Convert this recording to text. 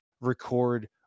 record